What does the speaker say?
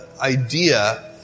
idea